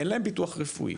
אין להם ביטוח רפואי.